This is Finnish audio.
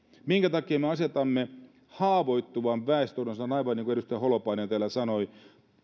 minkä takia me asetamme haavoittuvalle väestöryhmälle aivan niin kuin edustaja holopainen täällä sanoi